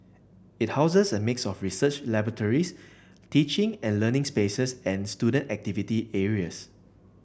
it houses a mix of research laboratories teaching and learning spaces and student activity areas